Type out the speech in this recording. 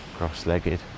Cross-legged